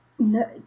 no